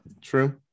True